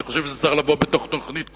אני חושב שזה צריך לבוא בתוך תוכנית כוללת,